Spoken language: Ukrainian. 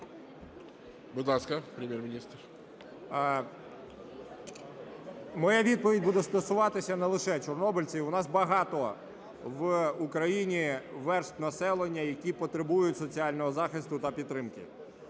Моя відповідь буде стосуватися не лише чорнобильців, у нас багато в Україні верств населення, які потребують соціального захисту та підтримки.